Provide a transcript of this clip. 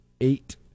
eight